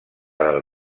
del